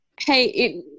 hey